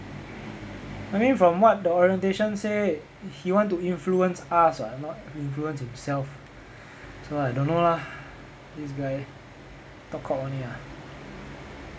I mean from what the orientation say he want to influence us ah not influence himself so I don't know lah this guy talk cock only ah